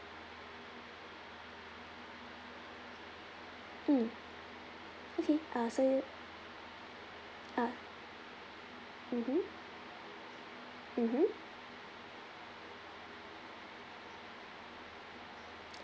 mm okay uh so uh mmhmm mmhmm